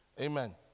Amen